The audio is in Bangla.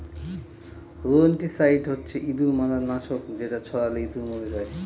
রোদেনটিসাইড হচ্ছে ইঁদুর মারার নাশক যেটা ছড়ালে ইঁদুর মরে যায়